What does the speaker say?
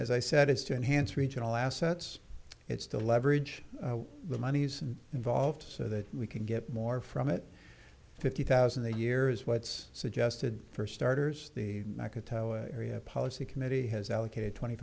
as i said it's to enhance regional assets it's to leverage the monies involved so that we can get more from it fifty thousand a year is what's suggested for starters the area policy committee has allocated twenty